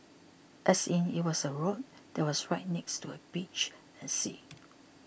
as in it was a road that was right next to a beach and sea